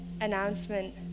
announcement